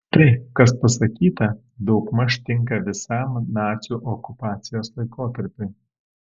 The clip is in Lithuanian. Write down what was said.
tai kas pasakyta daugmaž tinka visam nacių okupacijos laikotarpiui